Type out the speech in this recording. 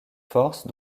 force